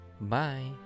Bye